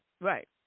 Right